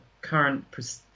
current